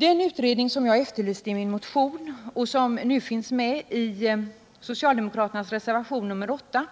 Den utredning som jag efterlyste i min motion och som nu tas upp i socialdemokraternas reservation 8